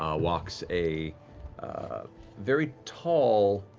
um walks a a very tall,